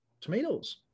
Tomatoes